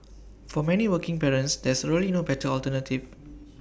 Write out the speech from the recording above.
for many working parents there's really no better alternative